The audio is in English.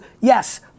yes